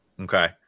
Okay